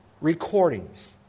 recordings